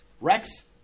Rex